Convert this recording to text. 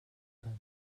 байна